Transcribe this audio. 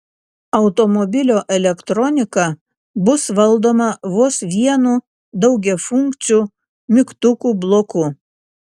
automobilio elektronika bus valdoma vos vienu daugiafunkciu mygtukų bloku